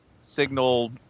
signal